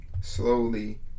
slowly